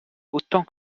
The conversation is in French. autant